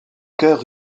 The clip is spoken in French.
cœur